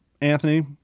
Anthony